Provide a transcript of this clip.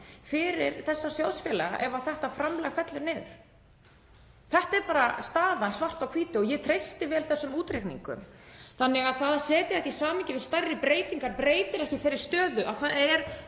fyrir þessa sjóðfélaga ef þetta framlag fellur niður. Þetta er bara staðan svart á hvítu og ég treysti vel þessum útreikningum. Það að setja þetta í samhengi við stærri breytingar breytir ekki þeirri stöðu